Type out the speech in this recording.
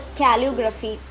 calligraphy